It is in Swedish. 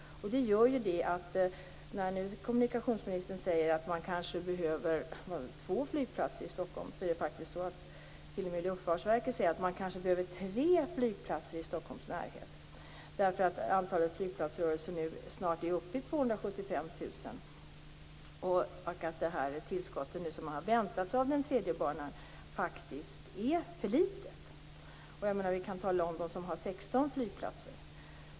Det här gör att när kommunikationsministern säger att man kanske behöver två flygplatser i Stockholm säger t.o.m. Luftfartsverket att man kanske behöver tre flygplatser i Stockholms närhet. Antalet flygplatsrörelser är snart uppe i 275 000, och det tillskott som man väntar sig av den tredje banan är faktiskt för litet. Vi kan titta på London, som har 16 flygplatser.